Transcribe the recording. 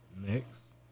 Next